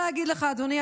לכאן,